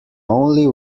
only